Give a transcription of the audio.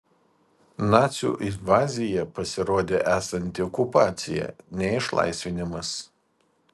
nacių invazija pasirodė esanti okupacija ne išlaisvinimas